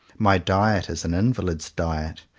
my diet is an invalid's diet,